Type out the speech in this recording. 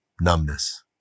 numbness